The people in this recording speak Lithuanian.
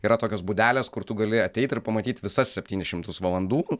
yra tokios būdelės kur tu gali ateit ir pamatyt visas septynis šimtus valandų